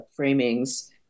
framings